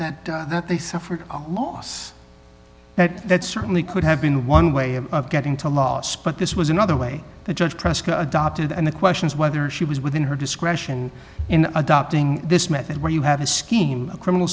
have that they suffered a loss that that certainly could have been one way of getting to loss but this was another way the judge pressed the adopted and the question is whether she was within her discretion in adopting this method where you have a scheme a criminal